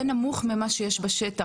זה נמוך ממה שיש בשטח